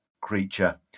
creature